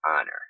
honor